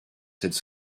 cette